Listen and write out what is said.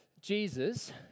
Jesus